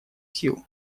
сил